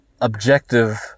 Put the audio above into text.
objective